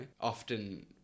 Often